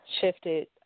shifted